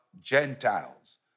Gentiles